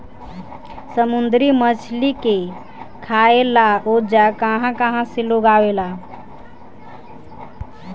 समुंद्री मछली के खाए ला ओजा कहा कहा से लोग आवेला